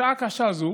בשעה קשה זו,